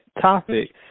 topic